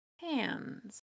hands